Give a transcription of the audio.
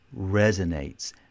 resonates